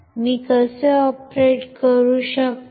मी कसे ऑपरेट करू शकतो